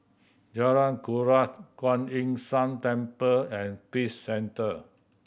Jalan Kuras Kuan Yin San Temple and Peace Centre